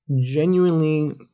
genuinely